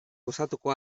gozatuko